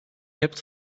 kept